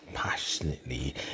Passionately